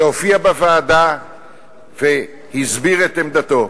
שהופיע בוועדה והסביר את עמדתו,